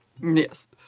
Yes